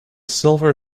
silver